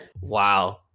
Wow